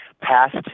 past